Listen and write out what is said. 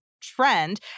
trend